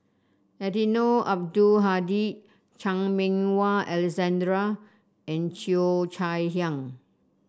Eddino Abdul Hadi Chan Meng Wah Alexander and Cheo Chai Hiang